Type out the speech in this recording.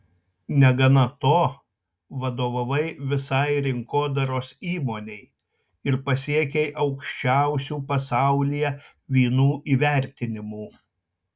negana to vadovavai visai rinkodaros įmonei ir pasiekei aukščiausių pasaulyje vynų įvertinimų